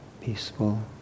peaceful